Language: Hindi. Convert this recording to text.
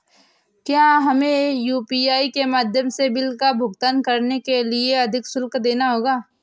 क्या हमें यू.पी.आई के माध्यम से बिल का भुगतान करने के लिए अधिक शुल्क देना होगा?